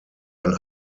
ein